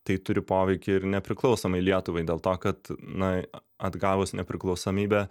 tai turi poveikį ir nepriklausomai lietuvai dėl to kad na atgavus nepriklausomybę